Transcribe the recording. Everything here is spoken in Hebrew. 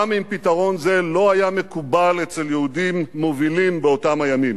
גם אם פתרון זה לא היה מקובל אצל יהודים מובילים באותם הימים.